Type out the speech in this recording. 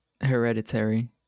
hereditary